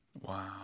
Wow